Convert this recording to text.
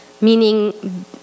Meaning